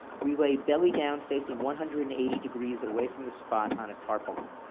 we lay belly down facing one hundred and eighty degrees away from the spot on a tarpaulin.